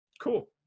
Cool